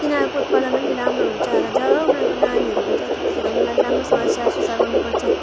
तिनीहरूको उत्पादन पनि राम्रो हुन्छ र जब उनीहरूको नानीहरू हुन्छ त्यतिखेर उनीहरूलाई राम्रोसँग स्याहार सुसार गर्नुपर्छ